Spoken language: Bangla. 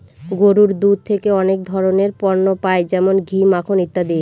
গরুর দুধ থেকে অনেক ধরনের পণ্য পাই যেমন ঘি, মাখন ইত্যাদি